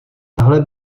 tahle